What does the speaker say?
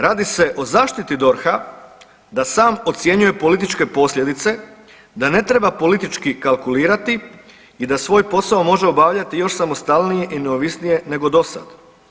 Radi se o zaštiti DORH-a da sam ocjenjuje političke posljedice, da ne treba politički kalkulirati i da svoj posao može obavljati još samostalnije i neovisnije nego dosada.